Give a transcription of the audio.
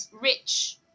rich